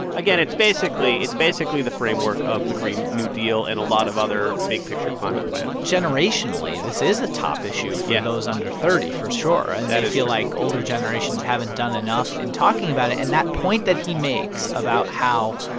again, it's basically it's basically the framework of the green new deal and a lot of other big-picture climate plans generationally, this is a top issue for those under thirty, for sure and that is true they feel like older generations haven't done enough in talking about it. and that point that he makes about how,